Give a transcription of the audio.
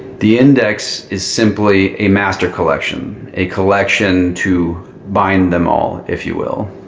the index is simply a master collection. a collection to bind them all, if you will.